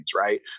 right